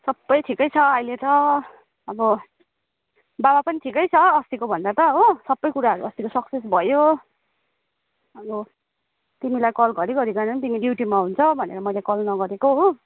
सबै ठिकै छ अहिले त अब बाबा पनि ठिकै छ अस्तिको भन्दा त हो सबै कुराहरू अस्तिको सक्सेस भयो अब तिमीलाई कल घरिघरि गर्नु पनि तिमी ड्युटीमा हुन्छ भनेर मैले कल नगरेको हो